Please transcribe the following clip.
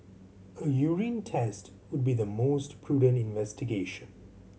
a urine test would be the most prudent investigation